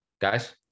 Guys